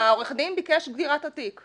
עורך הדין ביקש סגירת התיק.